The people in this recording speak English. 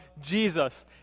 Jesus